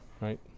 Right